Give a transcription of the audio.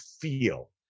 feel